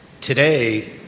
today